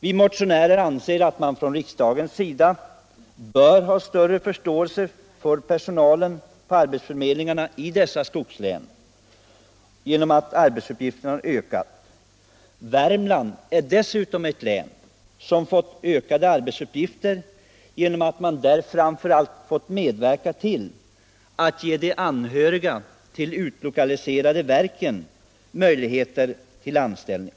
Vi motionärer anser att riksdagen bör ha större förståelse för att per — Obligatorisk sonalen på arbetsförmedlingarna i skogslänen fått svårigheter genom att — platsanmälan till arbetsuppgifterna ökat. I Värmlands län har de ökat särskilt mycket = den offentliga genom att man där fått medverka till att ge anhöriga till anställda inom = arbetsförmedlingen, de utlokaliserade verken möjligheter till anställning.